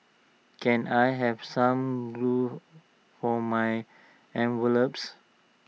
can I have some glue for my envelopes